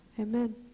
Amen